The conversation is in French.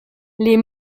les